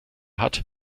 hat